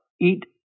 eat